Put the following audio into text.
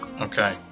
Okay